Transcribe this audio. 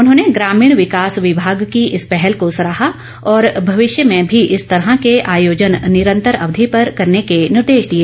उन्होंने ग्रामीण विकास विभाग की इस पहल को सराहा और भविष्य में भी इस तरह के आयोजन निरंतर अवधि पर करने के निर्देश दिए